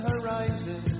Horizon